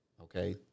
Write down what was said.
Okay